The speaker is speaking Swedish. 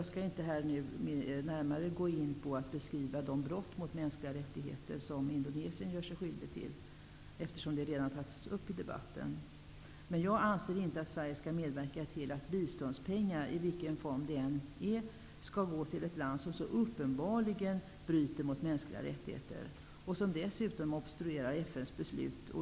Jag skall inte här och nu närmare gå in på att beskriva de brott mot mänskliga rättigheter som Indonesien gör sig skyldig till. De har redan tagits upp i debatten. Jag anser inte att Sverige skall medverka till att biståndspengar, i vilken form det än är, skall gå till ett land som uppenbarligen bryter mot de mänskliga rättigheterna. Dessutom obstruerar landet mot FN:s beslut.